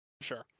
Sure